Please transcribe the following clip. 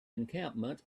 encampment